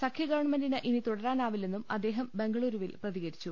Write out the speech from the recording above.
സഖ്യഗവൺമെന്റിന് ഇനി തുടരാനാവില്ലെന്നും അദ്ദേഹം ബംഗലൂരുവിൽ പ്രതികരിച്ചു